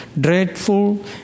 dreadful